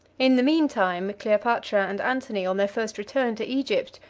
in the mean time, cleopatra and antony, on their first return to egypt,